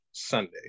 Sunday